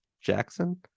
Jackson